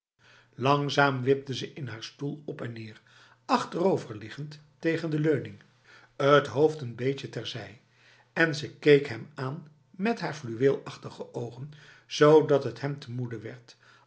langzaam wipte ze in haar stoel op en neer achteroverliggend tegen de leuning t hoofd een beetje terzij en ze keek hem aan met haar fluweelachtige ogen zodat het hem te moede werd